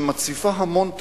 שמציפה המון טרדות,